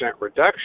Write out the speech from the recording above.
reduction